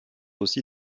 aussi